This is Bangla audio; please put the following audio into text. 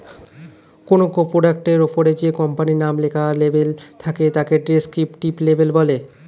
কোনো প্রোডাক্টের ওপরে যে কোম্পানির নাম লেখা লেবেল থাকে তাকে ডেসক্রিপটিভ লেবেল বলে